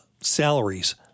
salaries